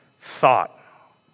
thought